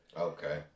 Okay